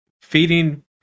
feeding